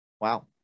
Wow